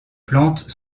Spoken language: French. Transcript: plantes